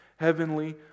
Heavenly